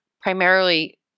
primarily